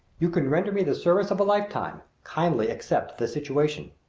you can render me the service of a lifetime! kindly accept the situation.